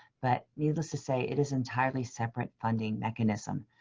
but needless to say it is entirely separate funding mechanism.